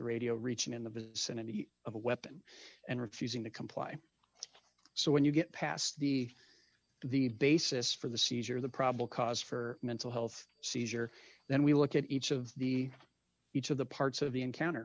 radio reaching in the vicinity of a weapon and refusing to comply so when you get past the the basis for the seizure the probable cause for mental health seizure then we look at each of the each of the parts of the encounter